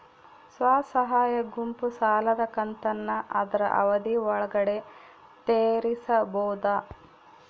ಸ್ವಸಹಾಯ ಗುಂಪು ಸಾಲದ ಕಂತನ್ನ ಆದ್ರ ಅವಧಿ ಒಳ್ಗಡೆ ತೇರಿಸಬೋದ?